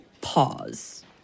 pause